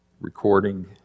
recording